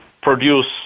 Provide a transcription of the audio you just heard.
produce